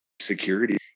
security